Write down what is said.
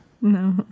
No